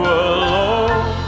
alone